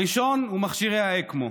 הראשון הוא מכשירי האקמו.